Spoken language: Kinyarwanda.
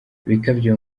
bikabyo